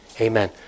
Amen